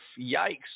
yikes